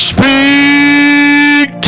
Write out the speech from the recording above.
Speak